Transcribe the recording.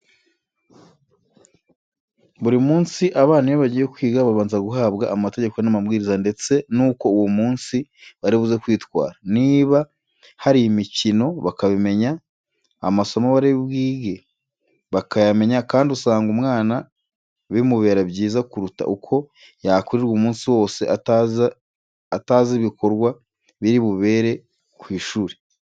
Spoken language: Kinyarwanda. Buri munsi abana iyo bagiye kwiga babanza guhabwa amategeko n'amabwiriza ndetse n'uko uwo munsi bari buze kwitwara, niba hari imikino bakabimenya, amasomo bari bwige bakayamenya kandi usanga umwana bimubera byiza, kuruta uko yakwirirwa umunsi wose atazi ibikorwa biri bubere ku ishuri.